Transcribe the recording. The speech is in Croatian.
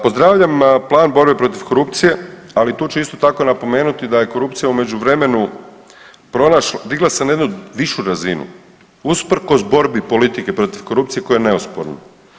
Pozdravljam plan borbe protiv korupcije, ali tu ću isto tako napomenuti da je korupcija u međuvremenu pronašla, digla se na jednu višu razinu usprkos borbi politike protiv korupcije koja je neosporna.